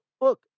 look